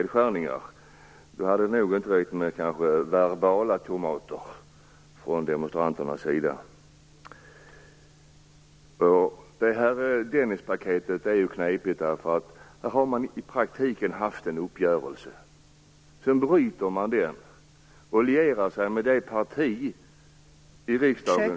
Då hade det nog inte räckt med verbal tomatkastning från demonstranternas sida. Det här med Dennispaketet är knepigt. Man har i praktiken haft en uppgörelse. Sedan bryter man den.